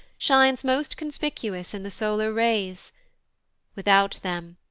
shines most conspicuous in the solar rays without them,